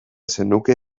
zenuke